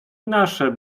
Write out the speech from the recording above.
nasze